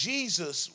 Jesus